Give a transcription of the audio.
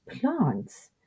plants